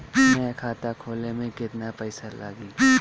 नया खाता खोले मे केतना पईसा लागि?